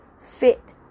fit